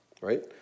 right